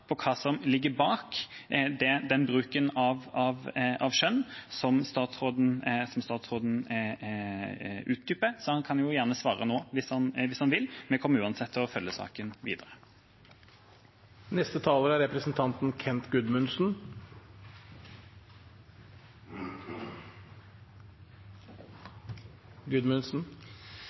på hva som ligger bak den bruken av skjønn som statsråden utdyper. Han kan gjerne svare nå hvis han vil. Vi kommer uansett til å følge saken videre. Jeg synes det er